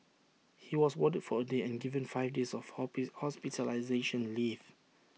he was warded for A day and given five days of host hospitalisation leave